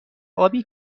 آبی